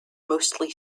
mostly